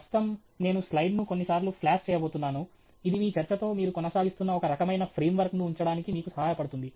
ప్రస్తుతం నేను స్లైడ్ను కొన్ని సార్లు ఫ్లాష్ చేయబోతున్నాను ఇది మీ చర్చతో మీరు కొనసాగిస్తున్న ఒక రకమైన ఫ్రేమ్వర్క్ ను ఉంచడానికి మీకు సహాయపడుతుంది